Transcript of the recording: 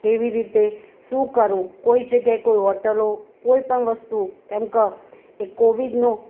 કેવી રીતે શું કરવું કોઈ જગ્યાએ કોઈ હોટલો કોઈપણ વસ્તુઓ કેમકે એ કોવિડનો